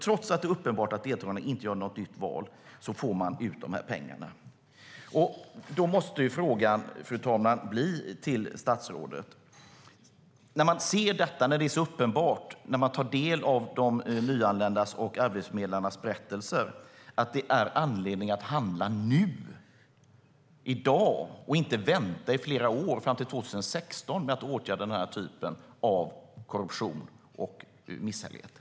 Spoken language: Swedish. Trots att det är uppenbart att deltagarna inte gör något nytt val får företagen ut pengarna. Då, fru talman, måste frågan till statsrådet bli: När man ser detta, när man tar del av de nyanländas och arbetsförmedlarnas berättelser, är det väl uppenbart att det finns anledning att handla nu, i dag, och inte vänta i flera år fram till 2016 med att åtgärda den här typen av korruption och misshälligheter?